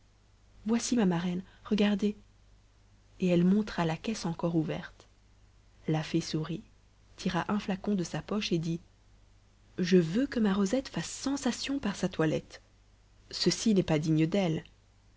voici ma marraine regardez et elle montra la caisse encore ouverte la fée sourit tira un flacon de sa poche et dit je veux que ma rosette fasse sensation par sa toilette ceci n'est pas digne d'elle